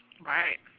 Right